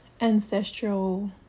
ancestral